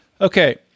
Okay